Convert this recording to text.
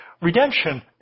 Redemption